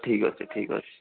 ଠିକ୍ ଅଛି ଠିକ୍ ଅଛି